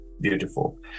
beautiful